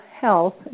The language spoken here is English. health